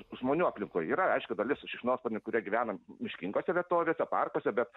žmonių aplinkoj yra aišku dalis šikšnosparnių kurie gyvena miškingose vietovėse parkuose bet